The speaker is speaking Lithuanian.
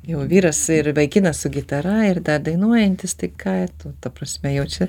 jau vyras ir vaikinas su gitara ir da dainuojantis tai ką tu ta prasme jau čia